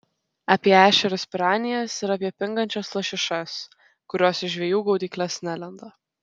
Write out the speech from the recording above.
apie ešerius piranijas ir apie pingančias lašišas kurios į žvejų gaudykles nelenda